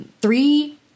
three